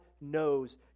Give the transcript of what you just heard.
knows